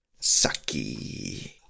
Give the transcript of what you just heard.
sucky